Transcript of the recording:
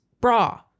bra